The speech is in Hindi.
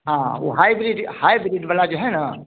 हाँ वह हाईब्रिड हाईब्रिड वाला जो है ना